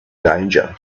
danger